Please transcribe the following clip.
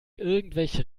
irgendwelche